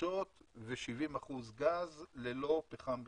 מתחדשות ו-70% גז ללא פחם בכלל.